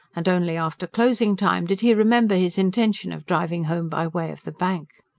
and only after closing time did he remember his intention of driving home by way of the bank.